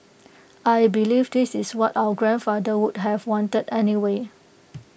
I believe this is what our grandfather would have wanted anyway